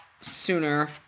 sooner